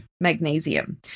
magnesium